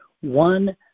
One